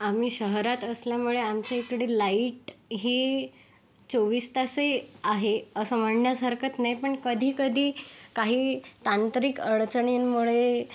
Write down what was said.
आम्ही शहरात असल्यामुळे आमच्याइकडे लाईट हे चोवीस तासही आहे असं म्हणण्यास हरकत नाही पण कधीकधी काही तांत्रिक अडचणींमुळे